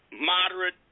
moderate